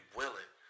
willing